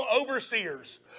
overseers